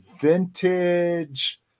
vintage